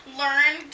learn